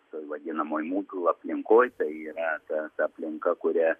toj vadinamoj mudl aplinkoj tai yra ta ta aplinka kuria